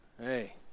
Hey